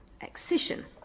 excision